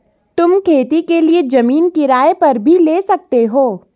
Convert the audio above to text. तुम खेती के लिए जमीन किराए पर भी ले सकते हो